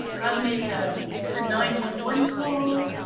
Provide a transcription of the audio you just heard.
how to make um a nine one one call.